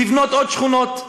לבנות עוד שכונות,